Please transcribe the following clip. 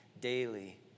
daily